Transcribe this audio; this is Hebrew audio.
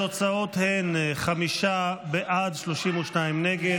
התוצאות הן חמישה בעד, 32 נגד.